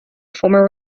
former